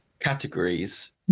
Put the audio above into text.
categories